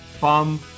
Bum